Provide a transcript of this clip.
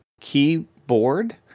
keyboard